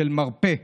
מרפא.